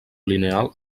lineal